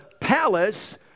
palace